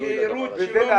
גינוי לדבר הזה.